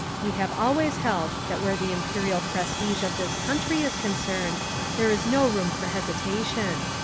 we have always held that where the imperial prestige of this country is concerned there is no room for hesitation.